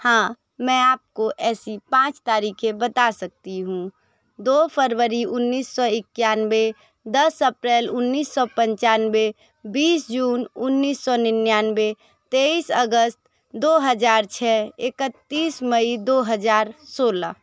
हाँ मैं आपको ऐसी पाँच तारीखें बता सकती हूँ दो फरवरी उन्नीस सौ इक्यानवे दस अप्रैल उन्नीस सौ पंचानवे बीस जून उन्नीस सौ निन्यानवे तेईस अगस्त दो हज़ार छः इकत्तीस मई दो हज़ार सोलह